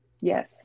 Yes